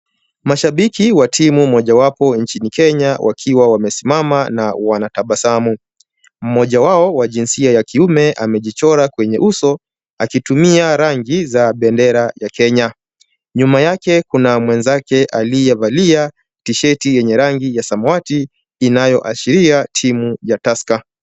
Mashabiki ya timu mojawapo nchini Kenya wakiwa wamesimama na wanatabasamu. Mmoja wao wa jinsia ya kiume amejichora kwenye uso akitumia rangi za bendera ya Kenya. Nyuma yake kuna mwenzake aliyevalia tisheti yenye rangi ya samawati inayo ashiria timu ya tusker .